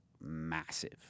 massive